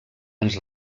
ens